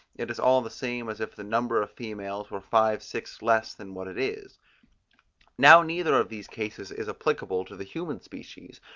it is all the same as if the number of females were five-sixths less than what it is now neither of these cases is applicable to the human species,